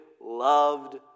loved